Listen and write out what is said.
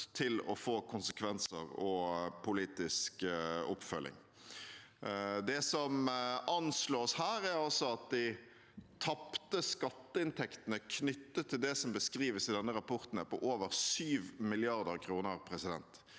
til å få konsekvenser og politisk oppfølging. Det som anslås her, er altså at de tapte skatteinntektene knyttet til det som beskrives i denne rapporten, er på over 7 mrd. kr. Det